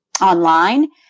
online